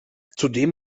zudem